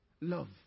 Love